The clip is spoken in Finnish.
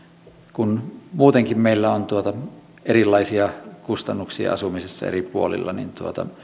kun muutenkin meillä on erilaisia kustannuksia asumisessa eri puolilla niin